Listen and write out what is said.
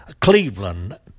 Cleveland